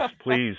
please